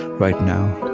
right now